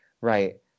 Right